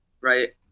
right